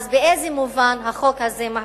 אז באיזה מובן החוק הזה מהפכני?